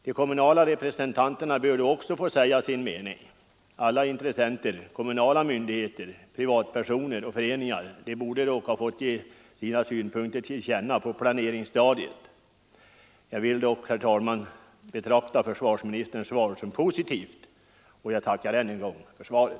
De kommunala representanterna bör då också få säga sin mening. Alla intressenter — kommunala myndigheter, privatpersoner och föreningar — borde ha fått ge sina synpunkter till känna på planeringsstadiet. Jag vill dock, herr talman, betrakta försvarsministerns svar som positivt, och jag tackar än en gång för svaret.